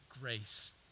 grace